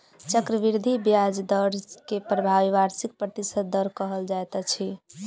चक्रवृद्धि ब्याज दर के प्रभावी वार्षिक प्रतिशत दर कहल जाइत अछि